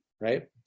right